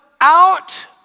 out